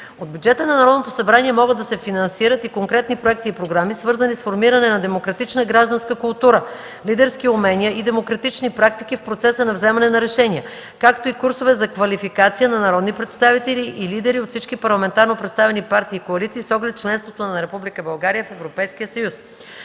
От бюджета на Народното събрание могат да се финансират и конкретни проекти и програми, свързани с формиране на демократична гражданска култура, лидерски умения и демократични практики в процеса на вземане на решения, както и курсове за квалификация на народни представители и лидери от всички парламентарно представени партии и коалиции с оглед членството на Република България в Европейския съюз.